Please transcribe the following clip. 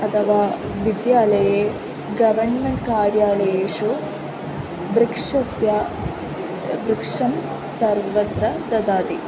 अथवा विद्यालये गवण्मेण्ट् कार्यालयेषु वृक्षस्य वृक्षं सर्वत्र ददाति